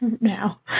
now